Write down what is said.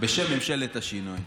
בשם ממשלת השינוי.